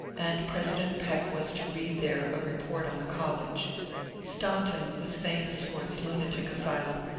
and president peck was to read there a report on the college staunton was famous for its lunatic asylum,